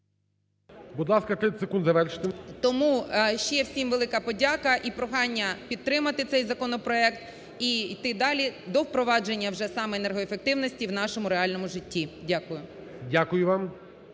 Будь ласка, 30 секунд, завершуйте. БАБАК А.В. Тому, ще всім велика подяка і прохання підтримати цей законопроект і йти далі до впровадження вже саме енергоефективності в нашому реальному житті. Дякую. ГОЛОВУЮЧИЙ.